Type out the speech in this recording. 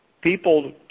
people